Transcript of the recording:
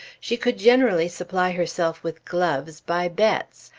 she could generally supply herself with gloves by bets,